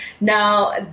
now